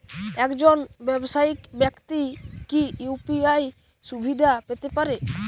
একজন ব্যাবসায়িক ব্যাক্তি কি ইউ.পি.আই সুবিধা পেতে পারে?